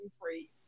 free